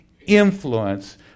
influence